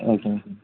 ஓகேங்க சார்